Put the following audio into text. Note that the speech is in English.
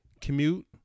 commute